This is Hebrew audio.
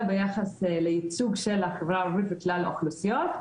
בייצוג של החברה הערבית וכלל האוכלוסיות.